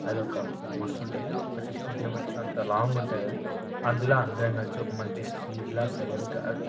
అదొక మస్తు ఉంటుంది ఒక సిక్స్టీన్ కిలోమీటర్స్ అంత లాంగ్ ఉంటుంది అది అందులో అందరం కలిసి ఒక మంచి స్పీడ్లా సైలెంట్